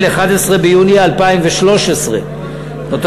11 ביוני 2013. שקט שם.